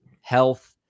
health